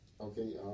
Okay